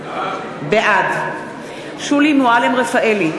בעד שולי מועלם-רפאלי,